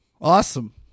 Awesome